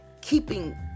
keeping